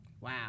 Wow